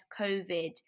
COVID